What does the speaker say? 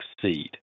succeed